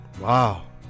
Wow